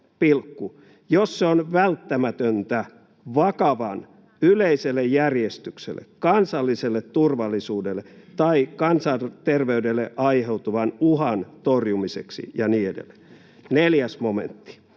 jos se on välttämätöntä vakavan yleiselle järjestykselle, kansalliselle turvallisuudelle tai kansanterveydelle aiheutuvan uhan torjumiseksi”, ja niin edelleen. 4 momentti: